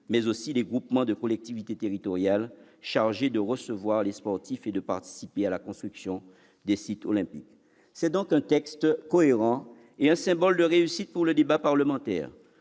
mais aussi les groupements de collectivités territoriales chargées de recevoir les sportifs et de participer à la construction des sites olympiques. C'est donc un texte cohérent et un symbole de réussite pour le débat parlementaire,